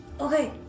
okay